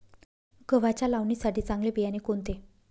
गव्हाच्या लावणीसाठी चांगले बियाणे कोणते?